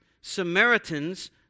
Samaritans